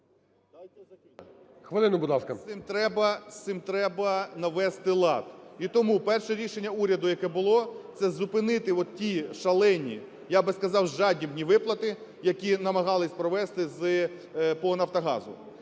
з цим треба навести лад. І тому перше рішення уряду, яке було, це зупинити вот ті шалені, я би сказав, жадібні виплати, які намагались провести з… по "Нафтогазу".